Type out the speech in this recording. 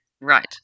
Right